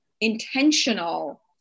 intentional